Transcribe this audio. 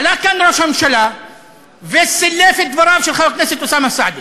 עלה כאן ראש הממשלה וסילף את דבריו של חבר הכנסת אוסאמה סעדי,